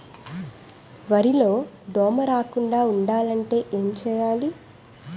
వరిలో దోమ రాకుండ ఉండాలంటే ఏంటి చేయాలి?